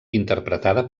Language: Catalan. interpretada